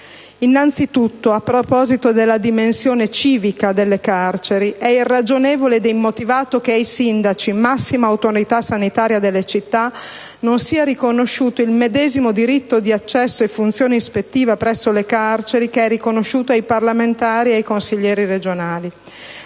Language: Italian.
Innanzitutto, a proposito della dimensione civica delle carceri, è irragionevole ed immotivato che ai sindaci, massima autorità sanitaria delle città, non sia riconosciuto il medesimo diritto di accesso e funzione ispettiva presso le carceri che è riconosciuto ai parlamentari e ai consiglieri regionali;